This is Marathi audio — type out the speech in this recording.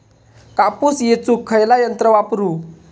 कापूस येचुक खयला यंत्र वापरू?